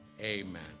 Amen